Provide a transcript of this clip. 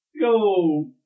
go